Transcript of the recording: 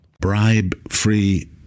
Bribe-free